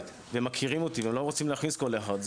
והם מכירים אותי ולא רוצים להכניס כל אחד.